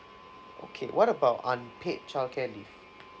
okay what about unpaid childcare leave